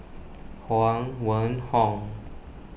Huang Wenhong